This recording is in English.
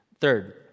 Third